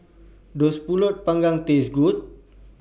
Does Pulut Panggang Taste Good